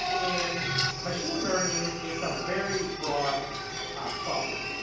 and machine learning, it's a very broad subject.